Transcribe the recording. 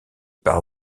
par